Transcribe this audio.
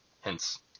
hence